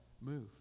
move